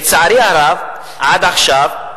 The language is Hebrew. לצערי הרב, עד עכשיו,